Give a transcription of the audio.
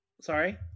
sorry